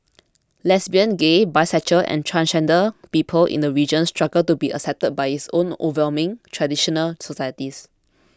lesbian gay bisexual and transgender people in the region struggle to be accepted by its overwhelmingly traditional societies